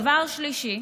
דבר שלישי,